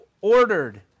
ordered